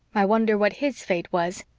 i wonder what his fate was.